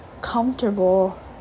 comfortable